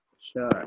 Sure